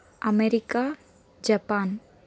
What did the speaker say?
America Japan